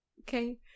Okay